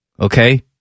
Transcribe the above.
Okay